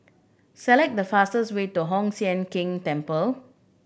select the fastest way to Hoon Sian Keng Temple